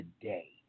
today